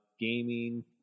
Gaming